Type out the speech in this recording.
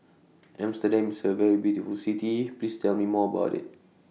Amsterdam IS A very beautiful City Please Tell Me More about IT